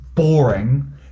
boring